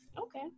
Okay